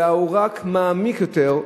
אלא רק מעמיק יותר,